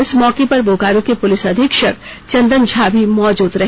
इस मौके पर बोकारो के पुलिस अधीक्षक चंदन झा भी मौजूद रहे